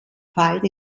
fight